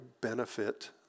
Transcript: benefit